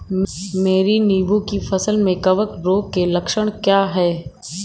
मेरी नींबू की फसल में कवक रोग के लक्षण क्या है?